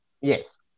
Yes